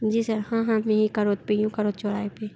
जी sir हाँ हाँ मै यही करोत पर ही हूँ करोत चौराहे पर